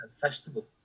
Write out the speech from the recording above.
festival